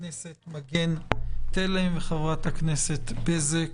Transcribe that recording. הכנסת מגן תלם וחברת הכנסת בזק.